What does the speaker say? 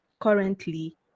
currently